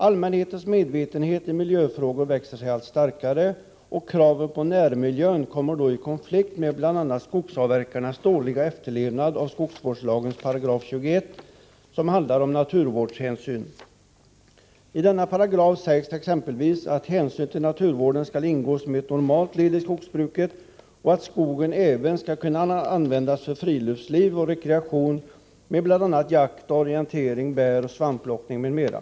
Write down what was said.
Allmänhetens medvetenhet i miljöfrågor växer sig allt starkare, och kraven på närmiljön kommer då i konflikt med bl.a. skogsavverkarnas dåliga efterlevnad av skogsvårdslagens 21 §, som handlar om naturvårdshänsyn. I denna paragraf sägs exempelvis att hänsyn till naturvården skall ingå som ett normalt led i skogsbruket och att skogen även skall kunna användas för friluftsliv och rekreation med bl.a. jakt, orientering, bäroch svampplockning m.m.